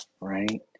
right